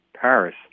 Paris